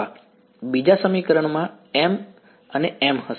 વિદ્યાર્થી બીજા સમીકરણમાં m અને m હશે